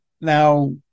Now